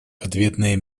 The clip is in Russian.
ответные